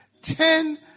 Ten